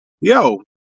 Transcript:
Yo